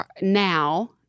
now